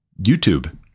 YouTube